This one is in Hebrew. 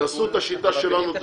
נסו את השיטה שלנו,